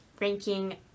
ranking